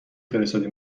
فرستادی